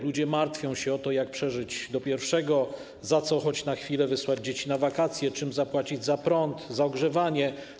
Ludzie martwią się o to, jak przeżyć do pierwszego, za co choć na chwilę wysłać dzieci na wakacje, czym zapłacić za prąd, za ogrzewanie.